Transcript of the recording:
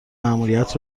مأموریت